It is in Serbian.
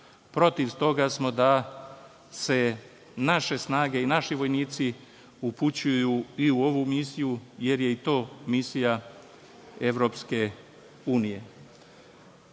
Protiv toga smo da se naše snage i naši vojnici upućuju i u ovu misiju, jer je i to misija EU.Toliko